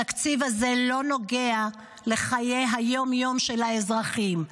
התקציב הזה לא נוגע לחיי היום-יום של האזרחים,